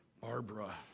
Barbara